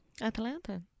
Atlanta